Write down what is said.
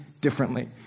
differently